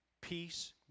peace